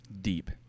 Deep